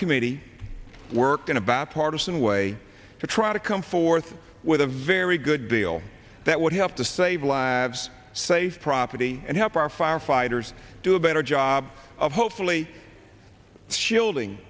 committee worked in a bipartisan way to try to come forth with a very good deal that would help to save lives saved property and help our firefighters do a better job of hopefully shielding